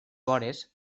vores